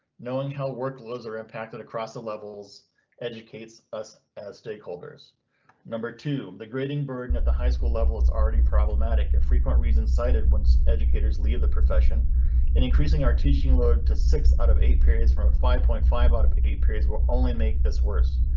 knowing how were closer impacted across the levels educates us as stakeholders two the grading burden at the high school level is already problematic. a frequent reasons cited once educators leave the profession and increasing our teaching load to six out of eight period from a five point five out of eight periods will only make this worse.